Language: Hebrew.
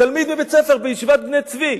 תלמיד מבית-ספר בישיבת "בני צבי",